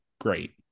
great